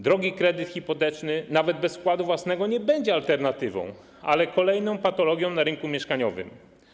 Drogi kredyt hipoteczny nawet bez wkładu własnego nie będzie alternatywą, ale kolejną patologią na rynku mieszkaniowym.